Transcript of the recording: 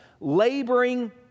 laboring